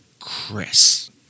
Chris